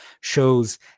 shows